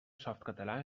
softcatalà